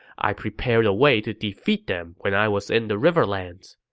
i prepared a way to defeat them when i was in the riverlands.